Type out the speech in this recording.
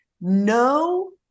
no